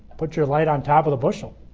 put your light on top of the bushel